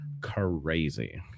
crazy